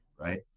right